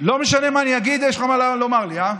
לא משנה מה אני אגיד, יש לך מה לומר לי, אה?